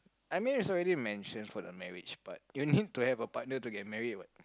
I mean it's already mention for the marriage part you need to have a partner to get married what